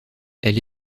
elle